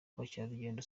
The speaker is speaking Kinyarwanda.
abakerarugendo